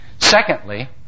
Secondly